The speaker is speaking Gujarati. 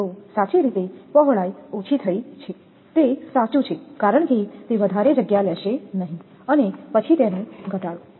તો સાચી રીતે પહોળાઈ ઓછી થઈ છે તે સાચું છે કારણ કે તે વધારે જગ્યા લેશે નહીં અને પછી તેનો ઘટાડો